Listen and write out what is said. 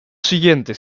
siguiente